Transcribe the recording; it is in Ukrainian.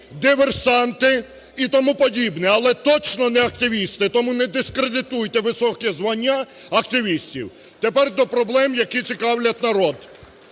"диверсанти" і тому подібне, але точно не "активісти"! Тому не дискредитуйте високе звання активістів. Тепер до проблем, які цікавлять народ.